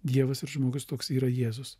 dievas ir žmogus toks yra jėzus